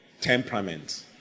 temperament